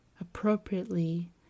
appropriately